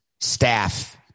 staff